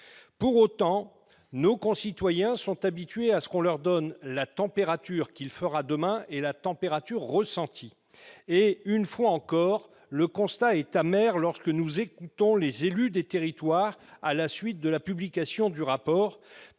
Pour autant, nos concitoyens sont habitués à ce qu'on leur donne à fois la température qu'il fera demain et la température ressentie ! Une fois de plus, le constat est amer pour les élus des territoires à la suite de la publication du rapport,